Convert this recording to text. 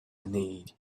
need